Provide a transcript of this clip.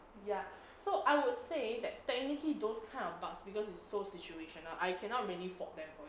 ya so I would say that technically those kind of bugs because it's so situational I cannot really fault them for it